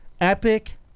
Epic